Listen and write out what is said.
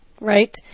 Right